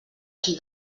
qui